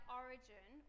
origin